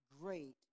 great